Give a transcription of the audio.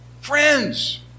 friends